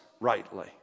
rightly